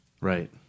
Right